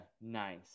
nice